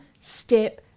step